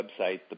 website